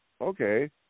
okay